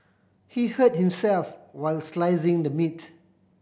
he hurt himself while slicing the meats